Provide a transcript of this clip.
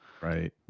Right